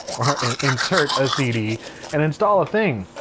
or insert, a cd and install a thing.